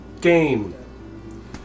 game